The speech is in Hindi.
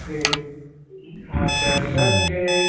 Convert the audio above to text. जी हाँ शर सर मुझे